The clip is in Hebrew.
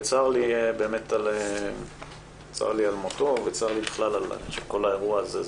צר לי על מותו וצר לי בכלל על כל האירוע הזה.